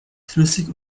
flüssig